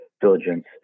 diligence